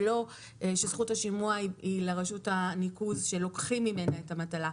ולא שזכות השימוע היא לרשות הניקוז שלוקחים ממנה את המטלה.